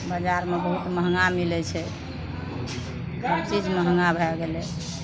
बजारमे बहुत महगा मिलै छै हर चीज महगा भै गेलै